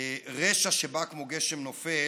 לרשע שבא כמו גשם נופל